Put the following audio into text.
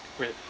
wait